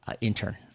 intern